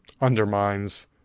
undermines